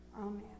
Amen